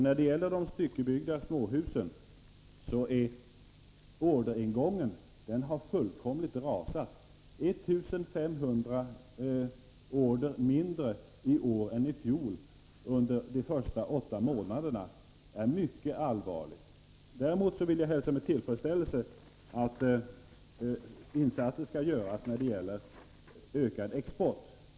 När det gäller de styckebyggda småhusen har orderingången fullkomligt rasat — 1 500 order färre i år än i fjol under de första åtta månaderna. Det är mycket allvarligt. Däremot vill jag hälsa med tillfredsställelse att insatser skall göras för ökad export.